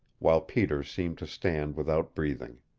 while peter seemed to stand without breathing.